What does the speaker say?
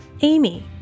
Amy